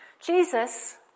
Jesus